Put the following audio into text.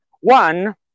One